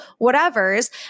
whatevers